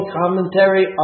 commentary